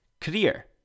career